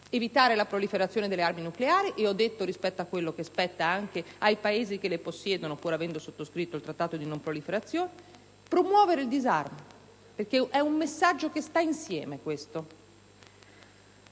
evitare la proliferazione delle armi nucleari (ed ho detto al riguardo che spetta anche ai Paesi che le possiedono, pur avendo sottoscritto il Trattato di non proliferazione, promuovere il disarmo, perché è un messaggio che sta insieme);